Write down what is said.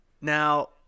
Now